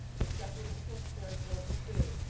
except when it was necessary to go for food,